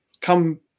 come